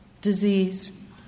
disease